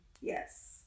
Yes